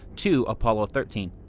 to apollo thirteen.